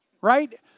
Right